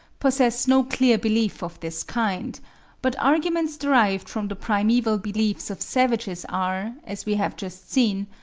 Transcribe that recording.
possess no clear belief of this kind but arguments derived from the primeval beliefs of savages are, as we have just seen,